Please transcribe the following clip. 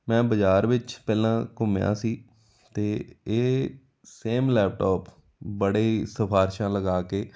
ਮੈਂ ਬਾਜ਼ਾਰ ਵਿੱਚ ਪਹਿਲਾਂ ਘੁੰਮਿਆ ਸੀ ਅਤੇ ਇਹ ਸੇਮ ਲੈਪਟੋਪ ਬੜੇ ਹੀ ਸਿਫਾਰਸ਼ਾਂ ਲਗਾ ਕੇ